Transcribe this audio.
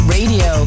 Radio